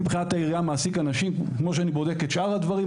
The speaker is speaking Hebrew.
אני מבחינת העירייה מעסיק אנשים וכמו שאני בודק את שאר הדברים,